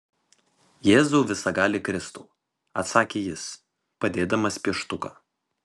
jėzau visagali kristau atsakė jis padėdamas pieštuką